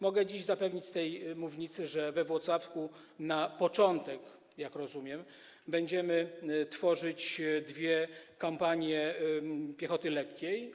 Mogę dziś zapewnić z tej mównicy, że we Włocławku na początek - jak rozumiem - będziemy tworzyć dwie kompanie piechoty lekkiej.